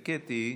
וקטי,